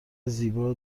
زیبا